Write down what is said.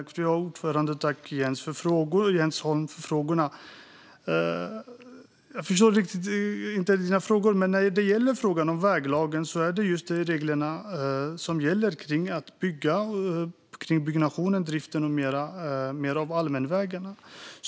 Fru talman! Jag tackar Jens Holm för frågorna, men jag förstår dem inte riktigt. Väglagen gäller byggnation, drift med mera av allmänvägar.